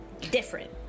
Different